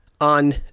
On